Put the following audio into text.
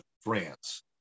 france